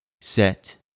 set